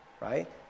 right